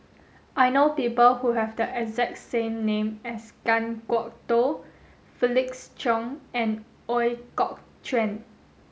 I know people who have the exact name as Kan Kwok Toh Felix Cheong and Ooi Kok Chuen